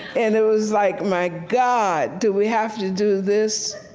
and it was like, my god, do we have to do this?